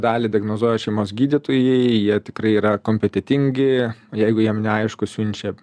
dalį diagnozuoja šeimos gydytojai jie tikrai yra kompetentingi jeigu jiem neaišku siunčia